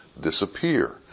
Disappear